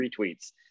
retweets